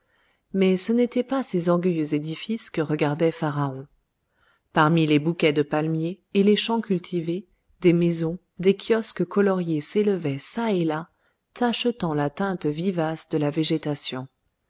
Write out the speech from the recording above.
mais ce n'étaient pas ces orgueilleux édifices que regardait pharaon parmi les bouquets de palmiers et les champs cultivés des maisons des kiosques coloriés s'élevaient ça et là tachetant la teinte vivace de la végétation